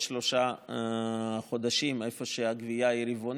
שלושה חודשים היכן שהגבייה רבעונית,